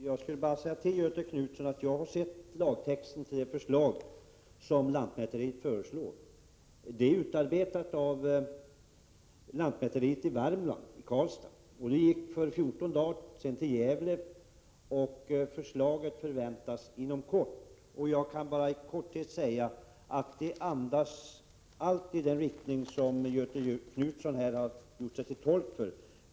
Herr talman! Jag vill bara till Göthe Knutson säga att jag har tagit del av lantmäteriets förslag till lagtext. Förslaget är utarbetat av lantmäteriet i Karlstad, Värmland. För 14 dagar sedan framlades förslaget i Gävle, och det väntas bli presenterat inom kort. Låt mig bara helt kort säga att den föreslagna lagtexten i allt andades den inriktning som Göthe Knutson här har gjort sig till tolk för.